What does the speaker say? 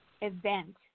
event